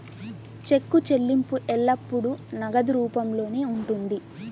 చెక్కు చెల్లింపు ఎల్లప్పుడూ నగదు రూపంలోనే ఉంటుంది